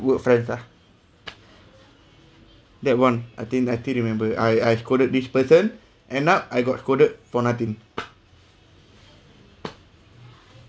work friends ah that one I think I did remember I I coded this person end up I got coded for nothing